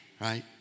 right